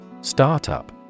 Startup